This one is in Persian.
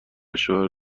شوهر